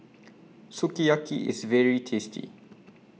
Sukiyaki IS very tasty